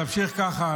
תמשיך ככה.